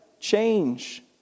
change